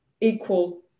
equal